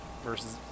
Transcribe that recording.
versus